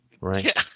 Right